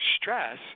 stress